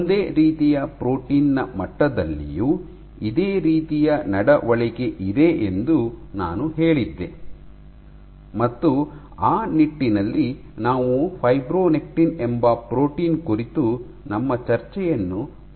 ಒಂದೇ ರೀತಿಯ ಪ್ರೋಟೀನ್ ನ ಮಟ್ಟದಲ್ಲಿಯೂ ಇದೇ ರೀತಿಯ ನಡವಳಿಕೆ ಇದೆ ಎಂದು ನಾನು ಹೇಳಿದ್ದೆ ಮತ್ತು ಆ ನಿಟ್ಟಿನಲ್ಲಿ ನಾವು ಫೈಬ್ರೊನೆಕ್ಟಿನ್ ಎಂಬ ಪ್ರೋಟೀನ್ ಅನ್ನು ಕುರಿತು ನಮ್ಮ ಚರ್ಚೆಯನ್ನು ಪ್ರಾರಂಭಿಸಿದ್ದೇವೆ